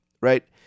right